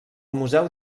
museu